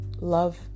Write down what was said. love